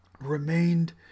remained